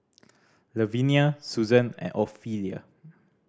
Lavinia Suzan and Ofelia